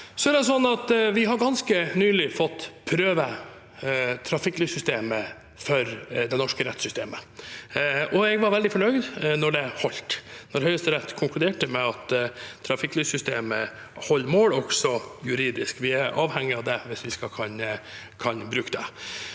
Vi har ganske nylig fått prøve trafikklyssystemet for det norske rettssystemet, og jeg var veldig fornøyd da det holdt. Høyesterett konkluderte med at trafikklyssystemet holder mål også juridisk. Vi er avhengig av det hvis vi skal kunne bruke det.